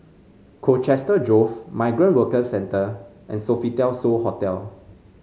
Colchester Grove Migrant Workers Centre and Sofitel So Hotel